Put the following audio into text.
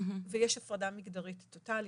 ויש הפרדה מגדרית טוטאלית,